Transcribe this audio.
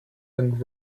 and